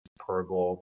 Pergol